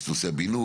יש את נושא הבינוי,